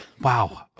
Wow